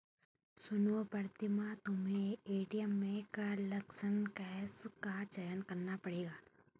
सुनो प्रीतम तुम्हें एटीएम में कार्डलेस कैश का चयन करना पड़ेगा